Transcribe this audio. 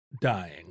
dying